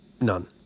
none